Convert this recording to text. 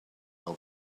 del